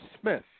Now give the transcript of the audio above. Smith